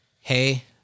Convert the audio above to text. hey